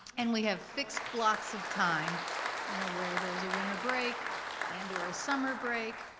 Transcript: and we have fixed blocks of time you know where there's a winter break and or a summer break,